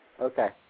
Okay